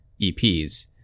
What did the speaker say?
EPs